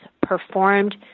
performed